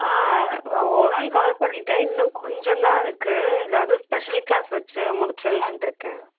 on overall cover பண்ணிவிட்டேன் இன்னும் கொஞ்சந்தான் இருக்கு ஏதாவதுதொரு ஸ்பெஷல் கிளாஸ் வச்சு முடிச்சுடலாம்னு இருக்கேன்